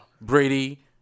Brady